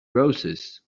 roses